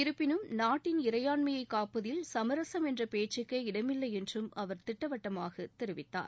இருப்பினும் நாட்டின் இறையாண்மையை காப்பதில் சமரசம் என்ற பேச்சுக்கே இடமில்லை என்றும் அவர் திட்டவட்டமாக தெரிவித்தார்